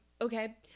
okay